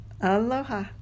Aloha